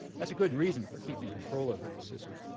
that's a good reason for keeping control over this system.